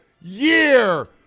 year